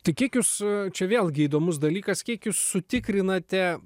tai kiek jūs čia vėlgi įdomus dalykas kiek jūs sutikrinate